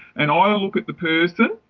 and i look at the person,